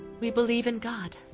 we believe in god.